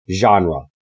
genre